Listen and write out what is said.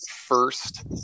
first